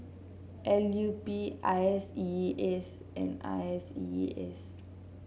L U P I S E A S and I S E A S